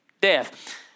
Death